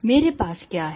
मेरे पास क्या है